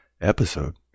episode